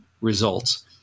results